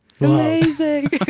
Amazing